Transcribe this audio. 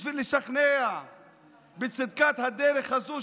בשביל לשכנע בצדקת הדרך הזו,